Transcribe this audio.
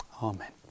Amen